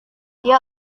dia